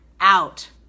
out